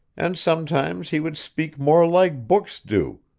and sometimes he would speak more like books do,